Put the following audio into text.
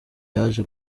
yaje